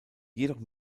jedoch